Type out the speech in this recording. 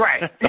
right